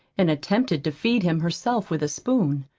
and attempted to feed him herself with a spoon.